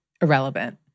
irrelevant